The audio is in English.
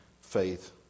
faith